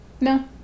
No